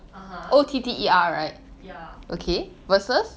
(uh huh) ya